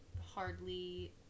hardly